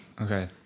okay